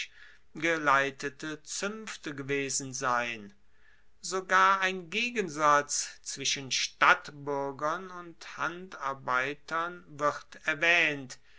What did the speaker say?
geleitete zuenfte gewesen sein sogar ein gegensatz zwischen stadtbuergern und handarbeitern wird erwaehnt